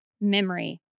memory